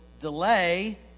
delay